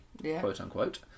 quote-unquote